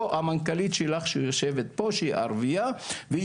המנכ"לית שלך שיושבת פה שהיא ערביה והיא